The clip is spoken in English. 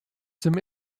some